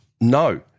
No